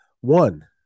one